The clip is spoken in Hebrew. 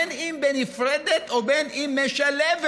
בין אם בנפרדת ובין אם משלבת?